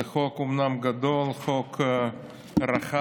זה אומנם חוק גדול, חוק רחב,